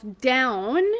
down